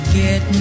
get